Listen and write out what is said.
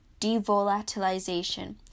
devolatilization